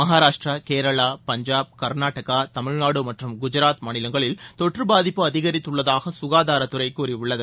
மகாராஷ்டிரா கேரளா பஞ்சாப் கர்நாடகா தமிழ்நாடு மற்றும் குஜராத் மாநிலங்களில் தொற்று பாதிப்பு அதிகரித்துள்ளதாக சுகாதாரத்துறை கூறியுள்ளது